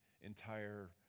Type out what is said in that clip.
entire